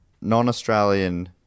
non-Australian